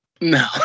No